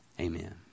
amen